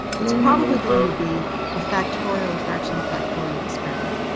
it's probably going to be a factorial or fractional factorial experiment,